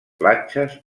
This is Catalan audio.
platges